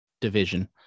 division